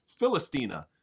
Philistina